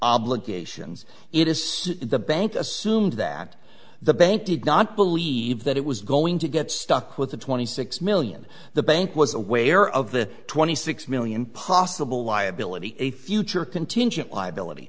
obligations it is the bank assumed that the bank did not believe that it was going to get stuck with the twenty six million the bank was aware of the twenty six million possible liability a future contingent liability